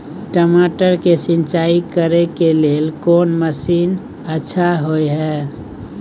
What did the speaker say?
टमाटर के सिंचाई करे के लेल कोन मसीन अच्छा होय है